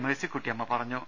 മേഴ്സിക്കുട്ടിയമ്മ പറഞ്ഞു